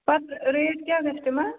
پَتہٕ ریٹ کیٛاہ گژھِ تِمن